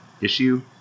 issue